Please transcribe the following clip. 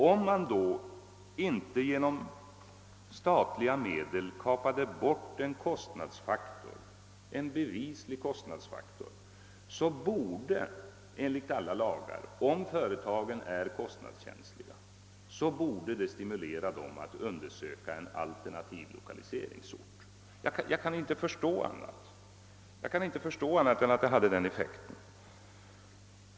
Om man då inte genom statliga medel kapade bort en bevislig kostnadsfaktor borde det, om företagen är kostnadskänsliga, stimulera dem att undersöka en alternativ lokaliseringsort. Jag kan inte förstå annat än att det skulle ha den effekten.